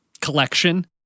collection